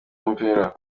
umupira